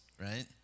right